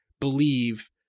believe-